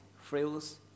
frills